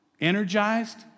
energized